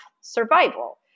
survival